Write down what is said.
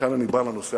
וכאן אני בא לנושא